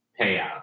payout